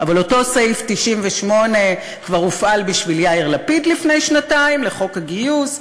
אבל אותו סעיף 98 כבר הופעל בשביל יאיר לפיד לפני שנתיים לחוק הגיוס,